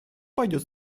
пойдет